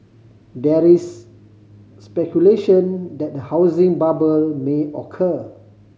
there is speculation that a housing bubble may occur